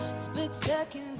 split second,